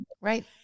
Right